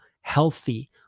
healthy